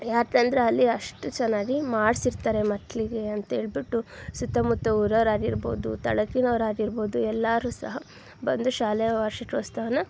ಯಾಕಂದರೆ ಅಲ್ಲಿ ಅಷ್ಟು ಚೆನ್ನಾಗಿ ಮಾಡಿಸಿರ್ತಾರೆ ಮಕ್ಕಳಿಗೆ ಅಂತೇಳಿಬಿಟ್ಟು ಸುತ್ತಮುತ್ತ ಊರವ್ರು ಆಗಿರ್ಬೋದು ತಳಕಿನವ್ರು ಆಗಿರ್ಬೋದು ಎಲ್ಲರೂ ಸಹ ಬಂದು ಶಾಲೆಯ ವಾರ್ಷಿಕೋತ್ಸವನ್ನ